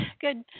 good